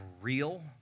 real